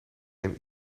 een